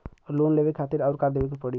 Loan लेवे खातिर अउर का देवे के पड़ी?